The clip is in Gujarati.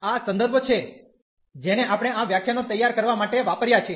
આ સંદર્ભો છે જે આપણે આ વ્યાખ્યાનો તૈયાર કરવા માટે વાપર્યા છે